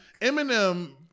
Eminem